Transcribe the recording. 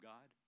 God